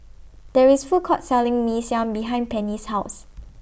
There IS A Food Court Selling Mee Siam behind Penny's House